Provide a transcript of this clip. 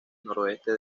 noroeste